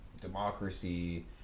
democracy